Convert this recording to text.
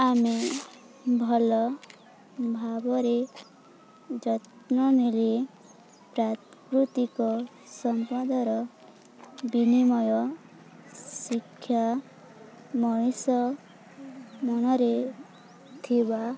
ଆମେ ଭଲ ଭାବରେ ଯତ୍ନ ନେଲେ ପ୍ରାକୃତିକ ସମ୍ପଦର ବିନିମୟ ଶିକ୍ଷା ମଣିଷ ମନରେ ଥିବା